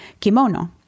Kimono